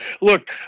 Look